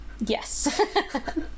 Yes